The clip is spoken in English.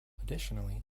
additionally